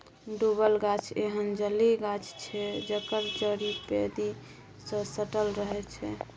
डुबल गाछ एहन जलीय गाछ छै जकर जड़ि पैंदी सँ सटल रहै छै